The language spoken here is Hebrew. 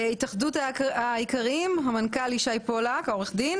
התאחדות האיכרים, בבקשה, המנכ"ל ישי פולק, בבקשה.